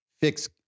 fix